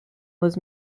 was